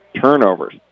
turnovers